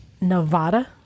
Nevada